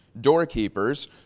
doorkeepers